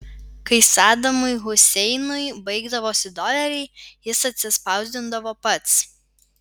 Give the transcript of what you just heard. kai sadamui huseinui baigdavosi doleriai jis atsispausdindavo pats